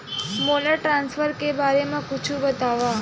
मोला ट्रान्सफर के बारे मा कुछु बतावव?